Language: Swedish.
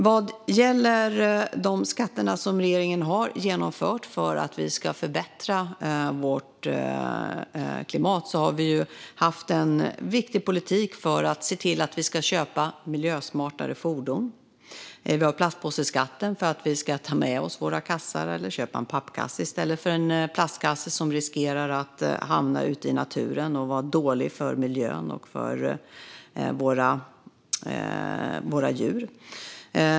Vad gäller de skatter som regeringen har infört för att vi ska förbättra vårt klimat har vi haft en viktig politik för att se till att vi ska köpa miljösmartare fordon. Vi har platspåseskatten för att vi ska ta med oss våra kassar eller köpa en pappkasse i stället för en plastkasse som riskerar att hamna ute i naturen och vara dålig för miljön och för våra djur.